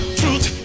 truth